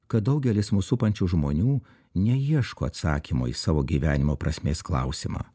kad daugelis mus supančių žmonių neieško atsakymo į savo gyvenimo prasmės klausimą